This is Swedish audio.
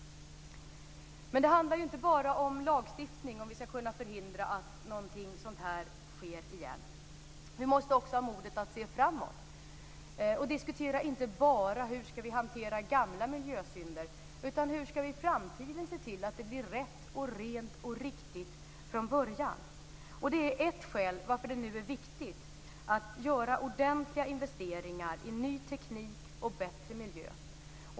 Det handlar inte bara om lagstiftning om vi skall kunna förhindra att någonting sådant här sker igen. Vi måste också ha modet att se framåt och inte bara diskutera hur vi skall hantera gamla miljösynder. Vi måste också diskutera hur vi i framtiden skall se till att det blir rätt, rent och riktigt från början. Det är ett skäl till varför det nu är viktigt att göra ordentliga investeringar i ny teknik och bättre miljö.